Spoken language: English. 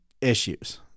issues